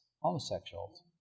homosexuals